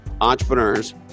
entrepreneurs